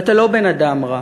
ואתה לא בן-אדם רע,